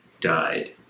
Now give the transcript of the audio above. died